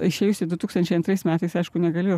išėjusi du tūkstančiai antrais metais aišku negalėjo